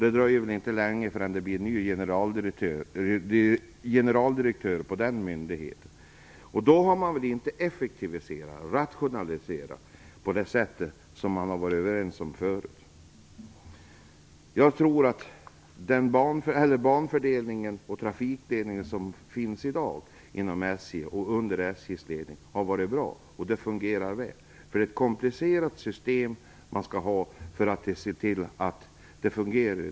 Det dröjer väl inte länge förrän det blir en ny generaldirektör på den myndigheten. Detta är inte att effektivisera och rationalisera på det sätt man kommit överens om. Jag tror att den banfördelning och trafikledning som finns inom SJ i dag är bra och fungerar väl. Det behövs ett komplicerat system för att se till att allt fungerar.